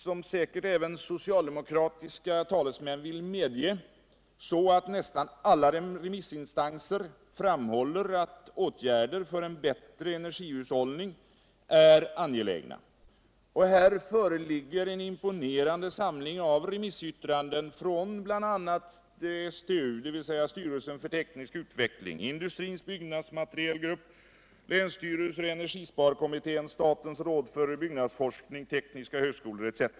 Som säkert även socialdemokratiska talesmän vill medge är det så, att nästan alla remissinstanser framhåller att åtgärder för en bättre energihushållning i den befintliga bebyggelsen är angelägna. Och här föreligger en imponerande samling av remissyttranden, bl.a. från styrelsen för teknisk utveckling, industrins byggmaterielgrupp. länsstyrelse. energisparkommiltén, statens råd för byggnadsforskning och tekniska högskolor.